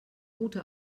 route